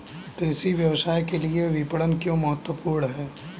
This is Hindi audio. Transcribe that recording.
कृषि व्यवसाय के लिए विपणन क्यों महत्वपूर्ण है?